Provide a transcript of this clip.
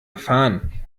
erfahren